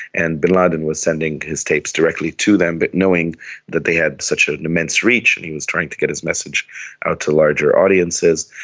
and bin laden was sending his tapes directly to them, but knowing that they had such ah an immense reach and he was trying to get his message out to larger audiences.